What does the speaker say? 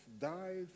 died